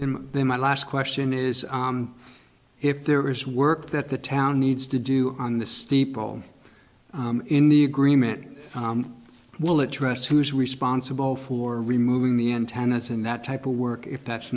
him then my last question is if there is work that the town needs to do on the steeple in the agreement will address who's responsible for removing the antennas and that type of work if that's